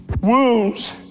wounds